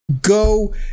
Go